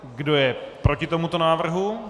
Kdo je proti tomuto návrhu?